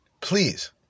Please